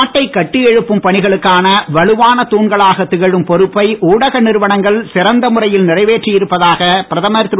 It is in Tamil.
நாட்டை கட்டி எழுப்பும் பணிகளுக்கான வலுவான துண்களாக திகழும் பொறுப்பை ஊடக நிறுவனங்கள் சிறந்த முறையில் நிறைவேற்றி இருப்பதாக பிரதமர் திரு